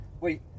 Wait